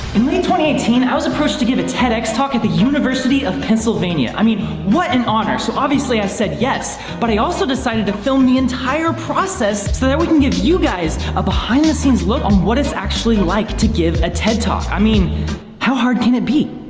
eighteen i was approached to give a tedx talk at the university of pennsylvania i mean what an honor so obviously i said, yes but i also decided to film the entire process so that we can give you guys a behind-the-scenes look on what it's actually like to give a ted talk i mean how hard can it be?